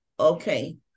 Okay